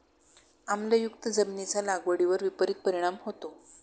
आम्लयुक्त जमिनीचा लागवडीवर विपरीत परिणाम होतो